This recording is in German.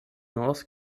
north